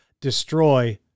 destroy